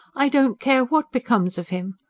i don't care what becomes of him.